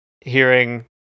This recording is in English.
hearing